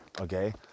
okay